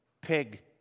pig